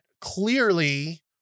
clearly